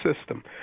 system